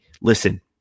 listen